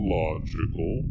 logical